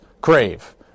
crave